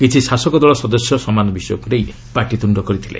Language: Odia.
କିଛି ଶାସକ ଦଳ ସଦସ୍ୟ ସମାନ ବିଷୟକୁ ନେଇ ମଧ୍ୟ ପାଟିତୁଣ୍ଡ କରିଥିଲେ